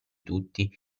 tutti